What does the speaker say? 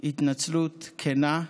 התנצלות כנה.